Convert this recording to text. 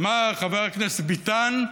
אמר חבר הכנסת ביטן: